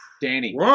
Danny